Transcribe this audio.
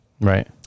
Right